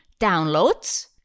downloads